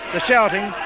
the shouting,